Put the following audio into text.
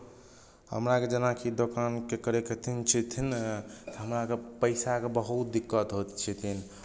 हमरा आरके जेनाकि दोकानकेँ करयके थिन छेथिन ने तऽ हमरा आरके पैसाके बहुत दिक्कत होइत छथिन